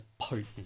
potent